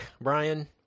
Brian